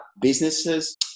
businesses